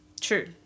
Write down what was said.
True